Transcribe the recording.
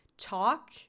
talk